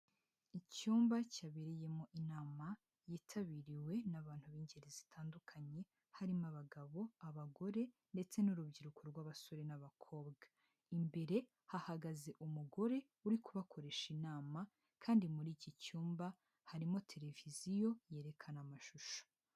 Icyumba cyabereyemo inama yitabiriwe n'abantu b'ingeri zitandukanye harimo: abagabo, abagore ndetse n'urubyiruko rw'abasore n'abakobwa, imbere hahagaze umugore uri kubakoresha inama kandi muri iki cyumba harimo televiziyo yerekana amashusho.